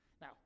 Now